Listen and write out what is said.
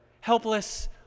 Helpless